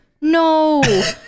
No